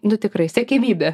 nu tikrai siekiamybė